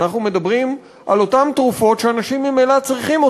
אנחנו מדברים על אותן תרופות שאנשים ממילא צריכים.